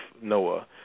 Noah